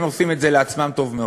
הם עושים את זה לעצמם טוב מאוד,